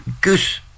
Goose